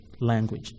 language